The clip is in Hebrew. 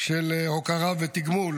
של הוקרה ותגמול